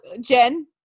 Jen